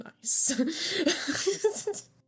nice